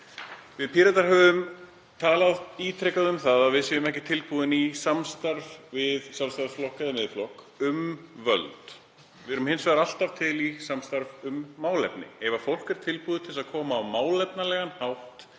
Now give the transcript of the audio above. Við Píratar höfum ítrekað talað um að við séum ekki tilbúin í samstarf við Sjálfstæðisflokkinn eða Miðflokk um völd. Við erum hins vegar alltaf til í samstarf um málefni. Ef fólk er tilbúið til þess að koma á málefnalegan hátt